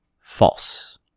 false